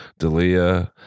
Dalia